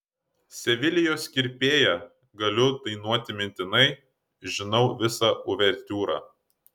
sevilijos kirpėją galiu dainuoti mintinai žinau visą uvertiūrą